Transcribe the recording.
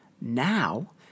Now